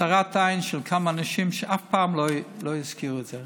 צרות עין של כמה אנשים שאף פעם לא הזכירו את זה,